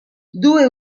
due